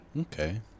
Okay